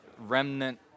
remnant